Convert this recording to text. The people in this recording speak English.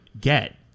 get